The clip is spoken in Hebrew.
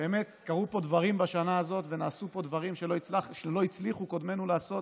באמת קרו פה דברים בשנה הזאת ונעשו פה דברים שלא הצליחו קודמינו לעשות